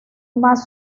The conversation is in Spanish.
más